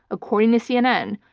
according to cnn,